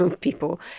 People